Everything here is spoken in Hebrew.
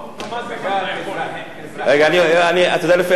אתה יודע לפי מה אני אחליט?